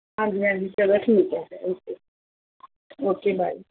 ਹਾਂਜੀ ਹਾਂਜੀ ਚਲੋ ਠੀਕੇ ਹੈ ਫਿਰ ਓਕੇ ਓਕੇ ਬਾਏ ਫਿਰ